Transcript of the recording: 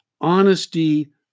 honesty